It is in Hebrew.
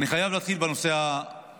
אני חייב להתחיל בנושא הכלכלי.